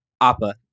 Appa